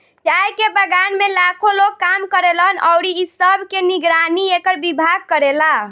चाय के बगान में लाखो लोग काम करेलन अउरी इ सब के निगरानी एकर विभाग करेला